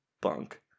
Bunk